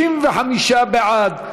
35 בעד,